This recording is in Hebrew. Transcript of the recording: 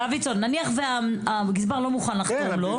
נניח והגזבר לא מוכן לחתום לו,